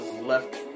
left